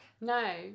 No